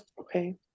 Okay